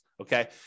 okay